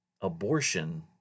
abortion